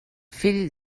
fill